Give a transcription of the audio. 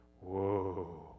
Whoa